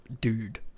dude